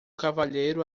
cavalheiro